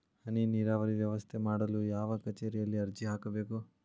ಹನಿ ನೇರಾವರಿ ವ್ಯವಸ್ಥೆ ಮಾಡಲು ಯಾವ ಕಚೇರಿಯಲ್ಲಿ ಅರ್ಜಿ ಹಾಕಬೇಕು?